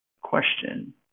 question